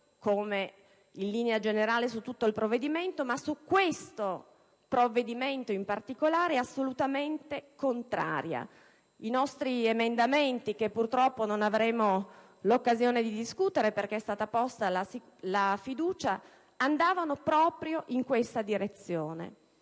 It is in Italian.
in linea generale su tutto il provvedimento, sia assolutamente contraria in particolare su questa parte. I nostri emendamenti, che purtroppo non avremo l'occasione di discutere perché è stata posta la fiducia, andavano proprio in questa direzione.